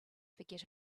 forget